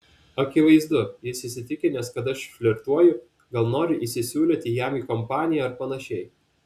akivaizdu jis įsitikinęs kad aš flirtuoju gal noriu įsisiūlyti jam į kompaniją ar panašiai